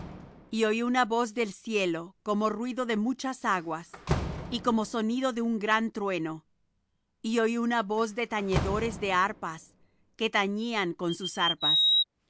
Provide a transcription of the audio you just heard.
y oí una voz del cielo como ruido de muchas aguas y como sonido de un gran trueno y oí una voz de tañedores de arpas que tañían con sus arpas y